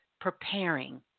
preparing